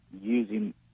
using –